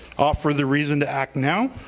offer the reason to act now.